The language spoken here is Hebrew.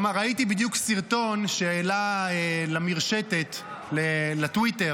ראיתי בדיוק סרטון שהעלה למרשתת, לטוויטר,